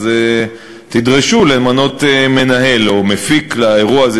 אז תדרשו למנות מנהל או מפיק לאירוע הזה,